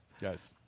Yes